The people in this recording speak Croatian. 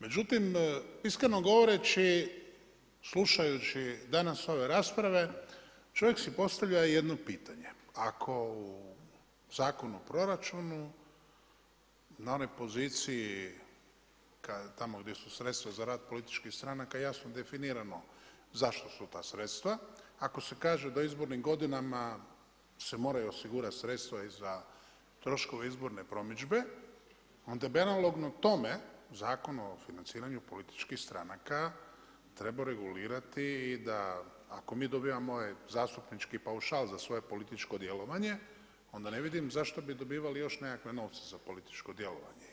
Međutim, iskreno govoreći, slušajući danas ove rasprave, čovjek si postavlja i jedno pitanje, ako u Zakonu o proračunu, na onoj poziciji kada, tamo gdje su sredstva za rad političkih stranaka jasno definirano zašto su ta sredstva, ako se kaže da u izbornim godinama se moraju osigurati sredstva i za troškove izborne promidžbe onda bi analogno tome Zakonu o financiranju političkih stranaka trebao regulirati i da ako mi dobivamo zastupnički paušal za svoje političko djelovanje onda ne vidim zašto bi dobivali još nekakve novce za političko djelovanje.